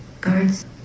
guards